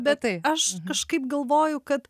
bet aš kažkaip galvoju kad